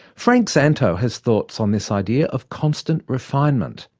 frank szanto has thoughts on this idea of constant refinement.